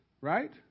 right